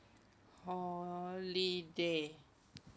holiday